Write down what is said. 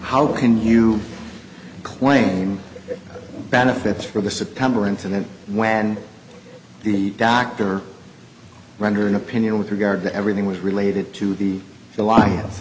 how can you claim benefits for the september incident when the doctor render an opinion with regard to everything with related to the a